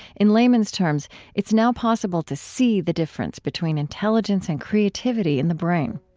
in layman's terms, it's now possible to see the difference between intelligence and creativity in the brain.